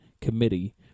committee